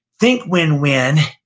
think win-win,